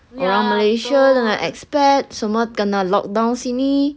orang malaysia dengan expats semua kena lockdown sini